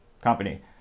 company